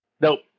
Nope